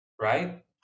right